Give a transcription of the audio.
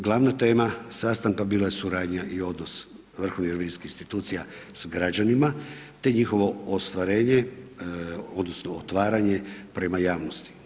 Glavna tema sastanka bila je suradnja i odnos vrhovnih revizijskih institucija s građanima te njihovo ostvarenje odnosno otvaranje prema javnosti.